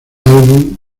álbum